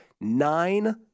Nine